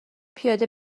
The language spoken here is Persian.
پیاده